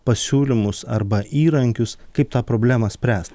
pasiūlymus arba įrankius kaip tą problemą spręst